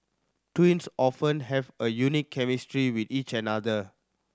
twins often have a unique chemistry with each another